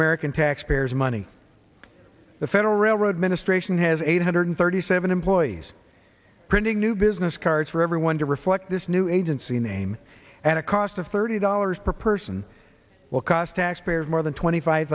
american taxpayer's money the federal railroad administration has eight hundred thirty seven employees printing new business cards for everyone to reflect this new agency name at a cost of thirty dollars per person cost taxpayers more than twenty five